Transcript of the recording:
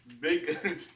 big